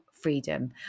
freedom